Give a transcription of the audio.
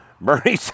Bernie